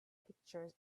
pictures